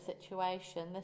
situation